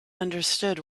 understood